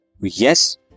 Yes